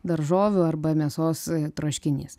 daržovių arba mėsos troškinys